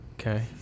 Okay